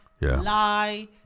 lie